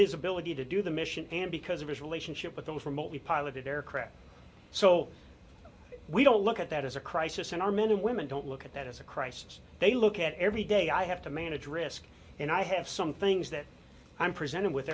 his ability to do the mission and because of his relationship with those remotely piloted aircraft so we don't look at that as a crisis and our men and women don't look at that as a crisis they look at every day i have to manage risk and i have some things that i'm presented with